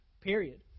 period